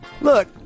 Look